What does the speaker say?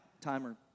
Timer